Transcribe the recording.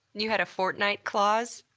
you had a fortnight clause?